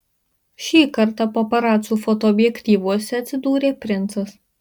šį kartą paparacų fotoobjektyvuose atsidūrė princas